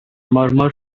murmur